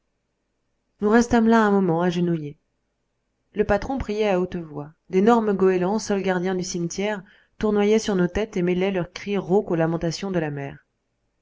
nous restâmes là un moment agenouillés le patron priait à haute voix d'énormes goélands seuls gardiens du cimetière tournoyaient sur nos têtes et mêlaient leurs cris rauques aux lamentations de la mer